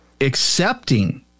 accepting